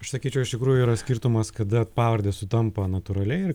aš sakyčiau iš tikrųjų yra skirtumas kada pavardės sutampa natūraliai ir